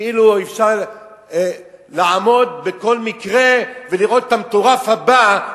כאילו אפשר לעמוד בכל מקרה ולראות את המטורף הבא,